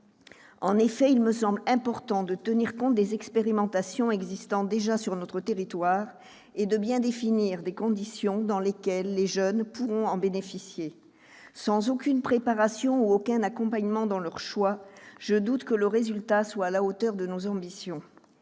se posent. Il me semble important de tenir compte des expérimentations qui se déroulent déjà sur notre territoire et de bien définir les conditions dans lesquelles les jeunes pourront bénéficier de ce dispositif. Si l'on ne leur offre aucune préparation ou aucun accompagnement dans leurs choix, je doute que le résultat soit à la hauteur de nos ambitions.